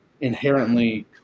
inherently